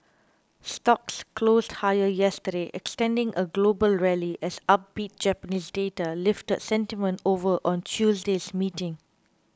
stocks closed higher yesterday extending a global rally as upbeat Japanese data lifted sentiment over on Tuesday's meeting